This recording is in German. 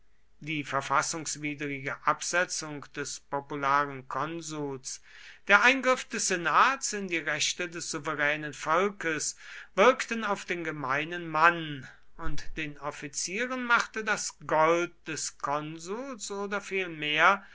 die verfassungswidrige absetzung des popularen konsuls der eingriff des senats in die rechte des souveränen volkes wirkten auf den gemeinen mann und den offizieren machte das gold des konsuls oder vielmehr